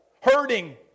hurting